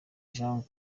jean